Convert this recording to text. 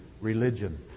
Religion